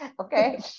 okay